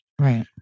right